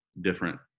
different